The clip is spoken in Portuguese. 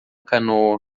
canoa